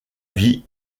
vie